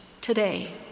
today